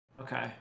Okay